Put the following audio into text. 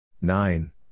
Nine